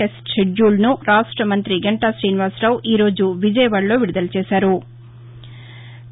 test షెడ్యూల్ను రాష్ట్ర మంతి గంటా శ్రీనివాసరావు ఈ రోజు విజయవాడలో విడుదల చేశారు